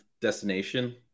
destination